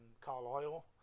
Carlisle